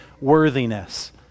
worthiness